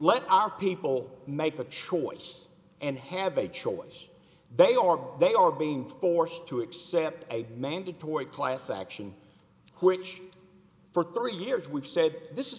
let our people make the choice and have a choice they are they are being forced to accept a mandatory class action which for three years we've said this is